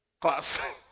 class